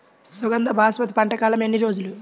సుగంధ బాసుమతి పంట కాలం ఎన్ని రోజులు?